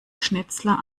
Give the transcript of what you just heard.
schnitzler